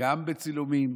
גם בצילומים,